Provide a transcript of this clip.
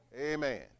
Amen